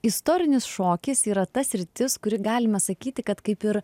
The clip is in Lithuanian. istorinis šokis yra ta sritis kuri galima sakyti kad kaip ir